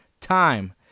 time